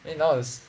eh no is